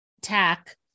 tack